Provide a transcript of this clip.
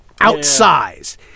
Outsize